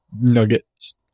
nuggets